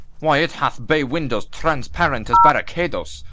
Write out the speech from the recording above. why, it hath bay-windows transparent as barricadoes,